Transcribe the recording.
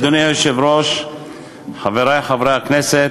אדוני היושב-ראש, חברי חברי הכנסת,